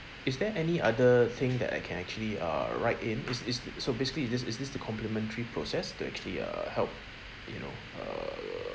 is there any other thing that I can actually uh write in is is so basically is this is this the complimentary process to actually uh help you know err